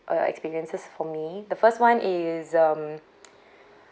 uh experiences for me the first one is um